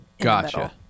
Gotcha